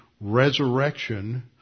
resurrection